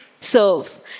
serve